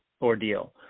ordeal